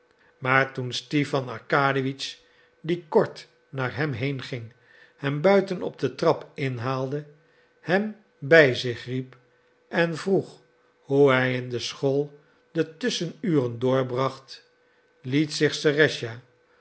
maar toen stipan arkadiewitsch die kort na hem heenging hem buiten op de trap inhaalde hem bij zich riep en vroeg hoe hij in de school de tusschenuren doorbracht liet zich